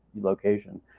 location